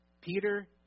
Peter